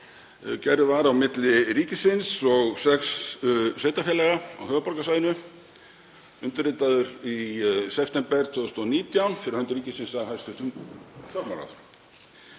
gerður var á milli ríkisins og sex sveitarfélaga á höfuðborgarsvæðinu, undirritaður í september 2019 fyrir hönd ríkisins af hæstv. fjármálaráðherra.